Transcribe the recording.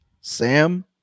Sam